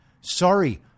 Sorry